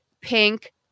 pink